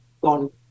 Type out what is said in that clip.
gone